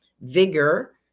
vigor